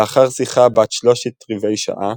לאחר שיחה בת שלושת-רבעי שעה,